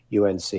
UNC